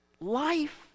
Life